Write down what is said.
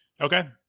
okay